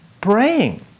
praying